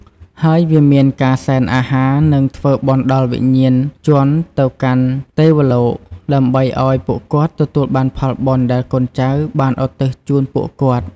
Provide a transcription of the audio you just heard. ហើយ វាមានការសែនអាហារ និងធ្វើបុណ្យដល់វិញ្ញាណជន ទៅកាន់ទេវលោក ដើម្បីអោយពួកគាត់ទទួលបានផលបុណ្យដែលកូនចៅបានឧទ្ទិសជូនពួកគាត់។